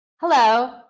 Hello